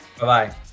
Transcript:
Bye-bye